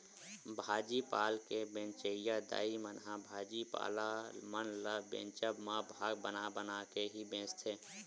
भाजी पाल के बेंचइया दाई मन ह भाजी पाला मन ल बेंचब म भाग बना बना के ही बेंचथे